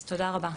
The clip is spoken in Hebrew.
אז תודה רבה.